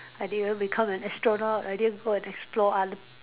I didn't become an astronaut I didn't go and explore other